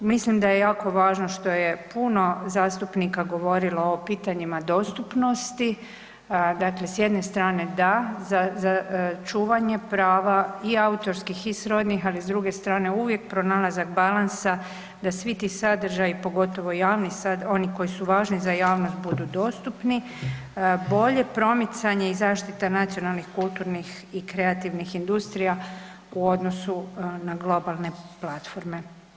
Mislim da je jako važno što je puno zastupnika govorilo o pitanjima dostupnosti dakle s jedne strane da čuvanje prava i autorskih i srodnih, ali s druge strane uvijek pronalazak balansa da svi ti sadržaji, pogotovo oni koji su važni za javnost budu dostupni, bolje promicanje i zaštita nacionalnih kulturnih i kreativnih industrija u odnosu na globalne platforme.